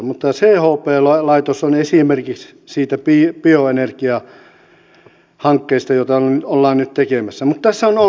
mutta chp laitos on esimerkki sellaisesta bioenergiahankkeesta joita ollaan nyt tekemässä